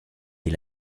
est